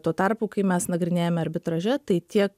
tuo tarpu kai mes nagrinėjame arbitraže tai tie